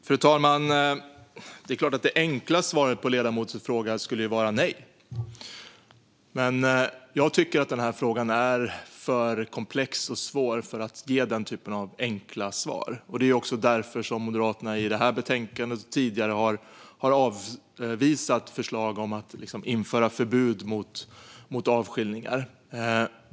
Fru talman! Det enkla svaret på ledamotens fråga vore "nej", men jag tycker att frågan är för komplex och svår för att ge ett enkelt svar. Det är därför som Moderaterna i detta betänkande och tidigare har avvisat förslag om att införa förbud mot avskiljningar.